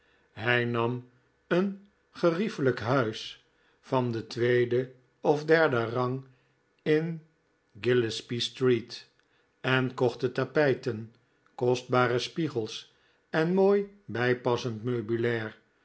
hij nam een geriefelijk huis van den tweeden of derden rang in gillespie street en kocht de tapijten kostbare spiegels en mooi bijpassend meubilair